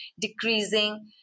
decreasing